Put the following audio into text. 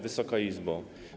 Wysoka Izbo!